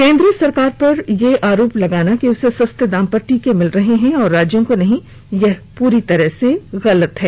केंद्र सरकार पर यह आरोप लगाना कि उसे सस्ते दाम पर टीके मिल रहे हैं और राज्यों को नहीं पूरी तरह से गलत है